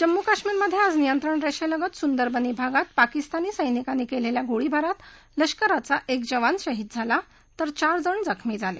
जम्मू आणि कश्मीरमध्ये आज नियंत्रण रेषेलगत सुंदरबनी भागात पाकिस्तानी सैनिकांनी केलेल्या गोळीबारात लष्कराचा एक जवान शहीद झाला तर चार अन्य जण जखमी झाले